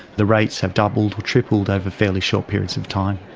the rates have doubled or tripled over fairly short periods of time.